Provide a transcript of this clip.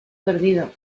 perdido